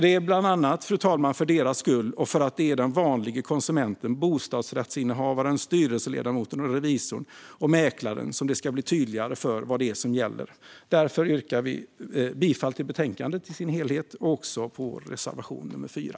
Det är bland annat för deras skull, för den vanliga konsumenten, bostadsrättsinnehavaren, styrelseledamoten, revisorn och mäklaren som det ska bli tydligare vad det är som gäller. Därför yrkar jag bifall till förslaget i utskottets betänkande och till reservation 4.